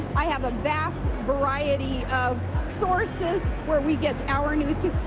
i have a vast variety of sources where we get our news too.